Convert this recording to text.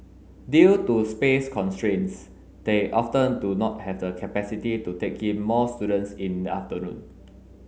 due to space constraints they often do not have the capacity to take in more students in the afternoon